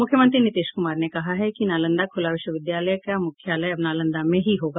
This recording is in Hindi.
मुख्यमंत्री नीतीश कुमार ने कहा है कि नालंदा खुला विश्वविद्यालय का मुख्यालय अब नालंदा में ही होगा